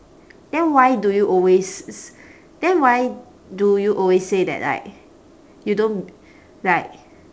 then why do you always s~ s~ then why do you always say that like you don't like